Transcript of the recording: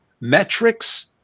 metrics